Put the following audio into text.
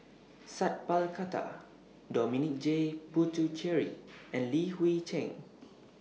Sat Pal Khattar Dominic J Puthucheary and Li Hui Cheng